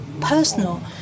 personal